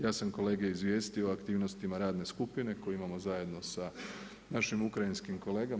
Ja sam kolege izvijestio o aktivnostima radne skupine koje imamo zajedno sa našim ukrajinskim kolegama.